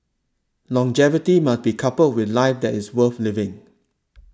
longevity must be coupled with a life that is worth living